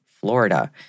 Florida